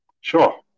Sure